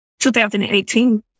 2018